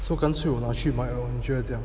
so 干脆我拿去卖咯你觉得怎么样